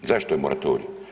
Zašto je moratorij?